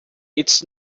its